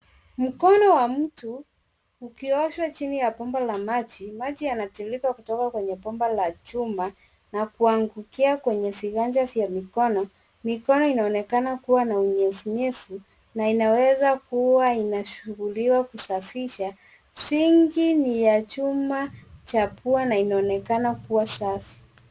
Mkono wa mtu ukioshwa chini ya bomba la maji. Maji yanatiririka kutoka kwenye bomba la chuma na kuangukia kwenye viganja vya mikono. Mikono inaonekana kuwa na unyevunyevu na inawezakua inasuguliwa kusafisha. Sinki ni ya chuma cha pua na inaonekana kuwa safi.